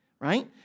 right